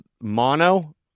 mono